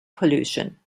pollution